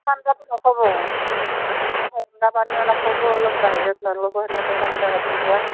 ঠাণ্ডাটো নক'ব ঠাণ্ডা পানীও নাখাব অলপ বাহিৰত নোলাব তেনেকৈ ঠাণ্ডা ৰাতিপুৱা